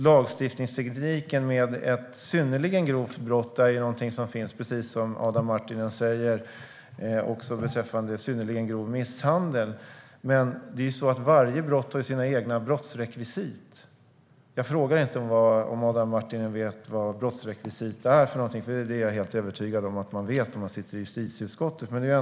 Lagstiftningstekniken med ett synnerligen grovt brott är någonting, precis som Adam Marttinen säger, som finns också beträffande synnerligen grov misshandel. Men varje brott har ju sina egna brottsrekvisit. Jag frågar inte om Adam Marttinen vet vad brottsrekvisit är, för det är jag helt övertygad om att man vet om man sitter i justitieutskottet.